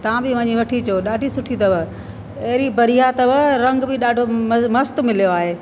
तव्हां बि वञी वठी चो ॾाढी सुठी अथव अहिड़ी बढ़िया अथव रंग बि ॾाढो म मस्तु मिलियो आहे